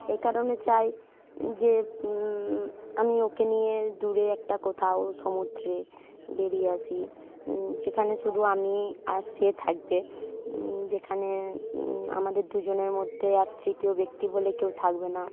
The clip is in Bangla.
এ কারণে চাই যে আমি ওকে নিয়ে দূরে একটা কোথাও সমুদ্রে বেরিয়ে আসি যেখানে শুধু আমি আর সে থাকবে যেখানে আমাদের দুজনের মধ্যে আর তৃতীয় ব্যক্তি বলে কেউ থাকবে না